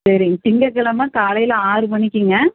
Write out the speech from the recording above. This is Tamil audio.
சரிங்க திங்ககிழமை காலையில ஆறு மணிக்கிங்க